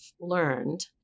learned